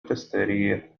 تستريح